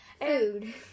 food